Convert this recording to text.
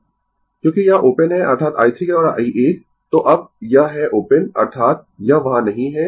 Refer Slide Time 3323 क्योंकि यह open है अर्थात i 3 और i 1 तो अब यह है ओपन अर्थात यह वहाँ नहीं है